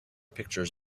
pictures